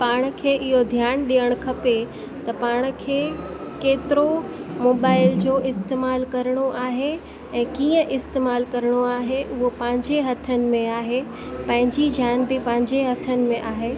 पाण खे इहो ध्यानु ॾियणु खपे त पाण खे केतिरो मोबाइल जो इस्तेमालु करणो आहे ऐं कीअं इस्तेमालु करिणो आहे उहो पंहिंजे हथनि में आहे पंहिंजी जान बि पंहिंजे हथनि में आहे